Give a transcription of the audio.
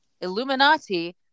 illuminati